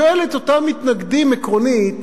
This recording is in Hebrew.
ואני שואל את אותם מתנגדים עקרונית,